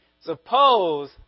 Suppose